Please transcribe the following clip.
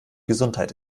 gesundheit